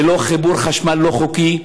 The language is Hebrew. ללא חיבור חשמל לא חוקי,